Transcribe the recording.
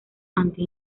anti